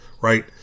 right